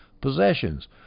possessions